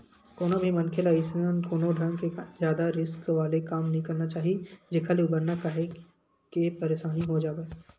कोनो भी मनखे ल अइसन कोनो ढंग के जादा रिस्क वाले काम नइ करना चाही जेखर ले उबरना काहेक के परसानी हो जावय